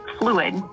fluid